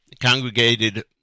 congregated